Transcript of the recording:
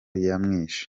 yamwishe